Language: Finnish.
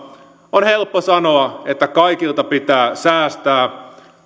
on helppo sanoa että kaikkialta pitää säästää